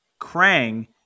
Krang